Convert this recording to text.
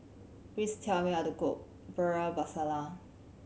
please tell me how to cook Bhindi Masala